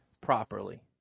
properly